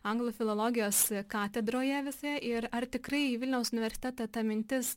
anglų filologijos katedroje vis ir ar tikrai vilniaus universitete ta mintis